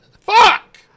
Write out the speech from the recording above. Fuck